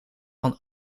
van